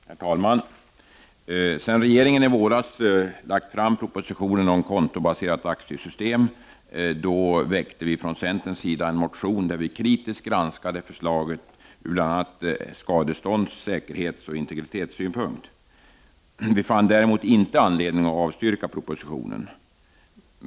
Herr talman! Sedan regeringen i våras framlagt propositionen om kontobaserat aktiesystem har vi från centern väckt en motion där vi kritiskt granskar förslaget ur bl.a. skadestånds-, säkerhetsoch integritetssynpunkt. Vi fann däremot inte anledning att avstyrka propositionen.